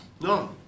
No